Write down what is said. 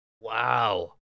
Wow